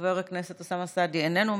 חבר הכנסת אוסאמה סעדי איננו.